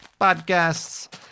podcasts